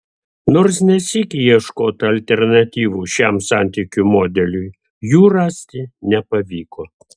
nors ne sykį ieškota alternatyvų šiam santykių modeliui jų rasti nepavyko